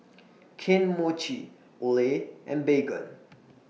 Kane Mochi Olay and Baygon